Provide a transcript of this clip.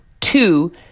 Two